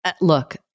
Look